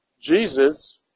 Jesus